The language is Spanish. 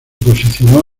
posicionó